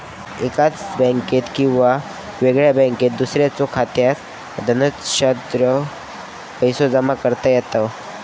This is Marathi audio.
एकाच बँकात किंवा वेगळ्या बँकात दुसऱ्याच्यो खात्यात धनादेशाद्वारा पैसो जमा करता येतत